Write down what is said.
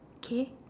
okay